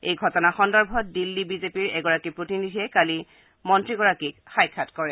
এই ঘটনা সন্দৰ্ভত দিল্লী বিজেপিৰ এগৰাকী প্ৰতিনিধিয়ে কালি মন্ত্ৰীগৰাকীক সাক্ষাৎকৰে